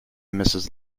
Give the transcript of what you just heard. mrs